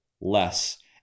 less